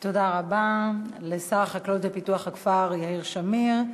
תודה רבה לשר החקלאות ופיתוח הכפר יאיר שמיר.